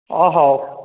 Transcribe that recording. ହଉ